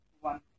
one